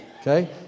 Okay